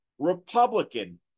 Republican